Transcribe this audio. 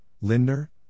Lindner